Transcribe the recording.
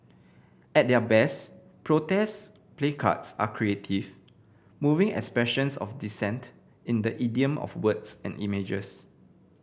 at their best protest placards are creative moving expressions of dissent in the idiom of words and images